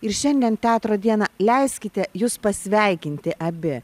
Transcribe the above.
ir šiandien teatro dieną leiskite jus pasveikinti abi